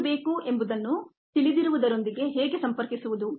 ಏನು ಬೇಕು ಎಂಬುದನ್ನು ತಿಳಿದಿರುವದರೊಂದಿಗೆ ಹೇಗೆ ಸಂಪರ್ಕಿಸುವುದು